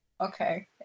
okay